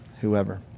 whoever